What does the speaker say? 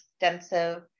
extensive